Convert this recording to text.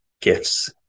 gifts